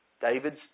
David's